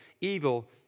evil